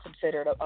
considered